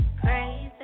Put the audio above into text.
crazy